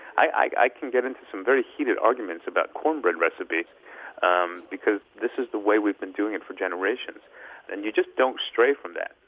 i can get into some very heated arguments about cornbread recipes um because, this is the way we've been doing it for generations and you just don't stray from that,